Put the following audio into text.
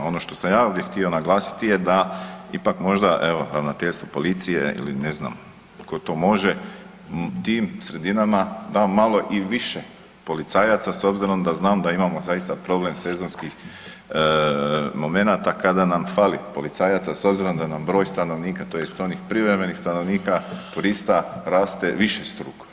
Ono što sam ja ovdje htio naglasiti je da ipak možda evo ravnateljstvo policije ili ne znam ko to može tim sredinama da malo i više policajaca s obzirom da znam da imamo zaista problem sezonskih momenata kada nam fali policajaca s obzirom da nam broj stanovnika tj. onih privremenih stanovnika turista raste višestruko.